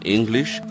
English